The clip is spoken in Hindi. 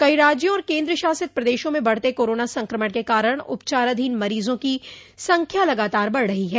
कई राज्यों और केन्द्र शासित प्रदेशों में बढते कोरोना संक्रमण के कारण उपचाराधीन मरीजों की संख्या लगातार बढ़ रही है